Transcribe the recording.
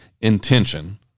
intention